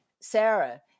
Sarah